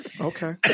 Okay